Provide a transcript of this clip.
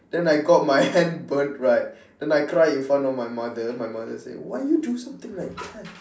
then I got my hand burnt right then I cry in front of my mother my mother say why you do something like that